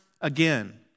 again